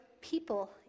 people